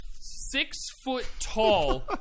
six-foot-tall